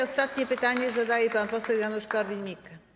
Ostatnie pytanie zadaje pan poseł Janusz Korwin-Mikke.